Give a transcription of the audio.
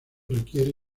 requiere